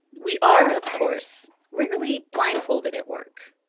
we are, of course, rarely blindfolded at work,